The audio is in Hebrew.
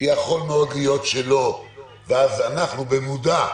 יכול מאוד להיות שלא ואז אנחנו, במודע,